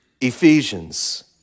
Ephesians